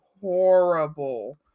horrible